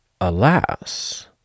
alas